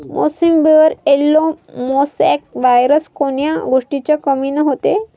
मोसंबीवर yellow mosaic virus कोन्या गोष्टीच्या कमीनं होते?